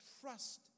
trust